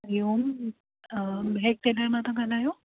हरिओम Mahak tailor मां था ॻाल्हायो